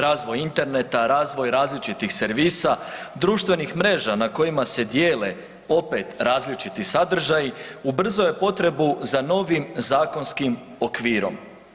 Razvoj interneta, razvoj različitih servisa, društvenih mreža na kojima se dijele opet, različiti sadržaji, ubrzao je potrebu za novim zakonskim okvirom.